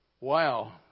Wow